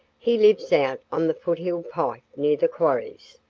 he lives out on the foothill pike near the quarries.